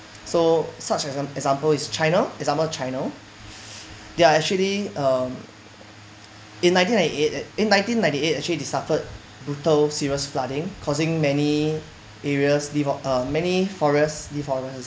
so such a an example is china example china they are actually um in nineteen ninety eight eh in nineteen ninety eight actually they suffered brutal serious flooding causing many areas live of err many forest deforest